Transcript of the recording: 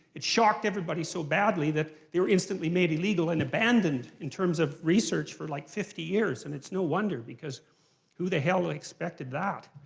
it shocked everybody so badly that they were instantly made illegal and abandoned, in terms of research, for like fifty years. and it's no wonder, because who the hell expected that?